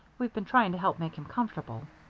we've been trying to help make him comfortable